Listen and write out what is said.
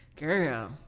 Girl